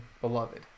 beloved